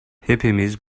hepimiz